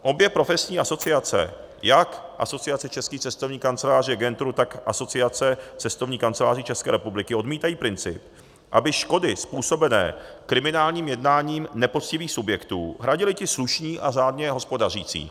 Obě profesní asociace, jak Asociace českých cestovních kanceláří a agentur, tak Asociace cestovních kanceláří České republiky, odmítají princip, aby škody způsobené kriminálním jednáním nepoctivých subjektů hradili ti slušní a řádně hospodařící.